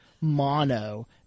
mono